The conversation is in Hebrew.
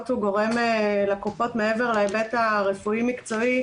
גורם לקופות מעבר להיבט הרפואי-מקצועי,